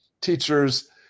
teachers